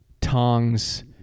tongs